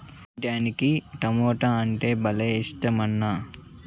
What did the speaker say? మా ఇంటాయనకి టమోటా అంటే భలే ఇట్టమన్నా